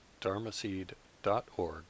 dharmaseed.org